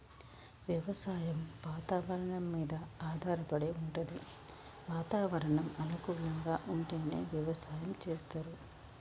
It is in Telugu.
వ్యవసాయం వాతవరణం మీద ఆధారపడి వుంటది వాతావరణం అనుకూలంగా ఉంటేనే వ్యవసాయం చేస్తరు